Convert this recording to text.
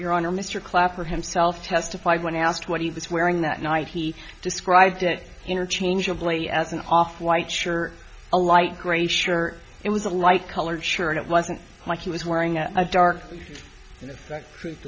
your honor mr clapper himself testified when asked what he was wearing that night he described it interchangeably as an off white shirt a light gray shirt it was a light colored shirt it wasn't like he was wearing a dark